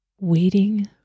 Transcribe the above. waiting